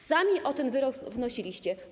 Sami o ten wyrok wnosiliście.